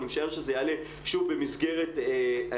אני משער שזה יעלה שוב במסגרת ההחמרות.